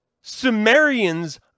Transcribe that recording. Sumerians